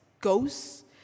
Ghosts